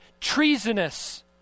treasonous